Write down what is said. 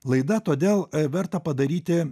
laida todėl verta padaryti